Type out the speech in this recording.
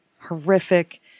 horrific